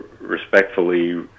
respectfully